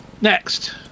Next